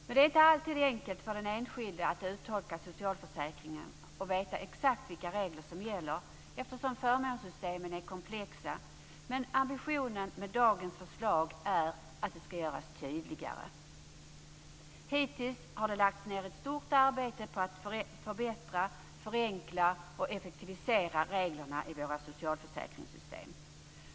Det är dock inte alltid enkelt för den enskilde att uttolka socialförsäkringarna och veta exakt vilka regler som gäller, eftersom förmånssystemen är komplexa, men ambitionen med dagens förslag är att de ska göras tydligare. Det har hittills lagts ned ett stort arbete på att förbättra, förenkla och effektivisera reglerna i våra socialförsäkringssystem.